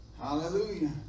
Hallelujah